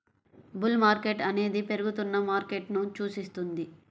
bull market అనేది పెరుగుతున్న మార్కెట్ను సూచిస్తుంది